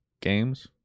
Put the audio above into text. games